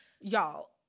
y'all